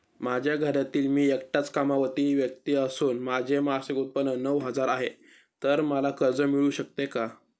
माझ्या घरातील मी एकटाच कमावती व्यक्ती असून माझे मासिक उत्त्पन्न नऊ हजार आहे, तर मला कर्ज मिळू शकते का?